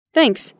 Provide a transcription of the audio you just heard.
Thanks